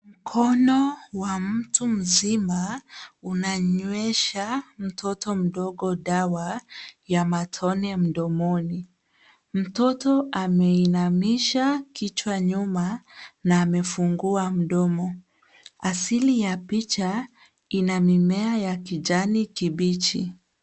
Mkono wa mtu mzima, unanywesha mtoto mdogo dawa ya matone mdomoni. Mtoto ameinamisha kichwa nyuma na amefungua mdomo. Asili ya picha ina mimea ya kijani kibichi.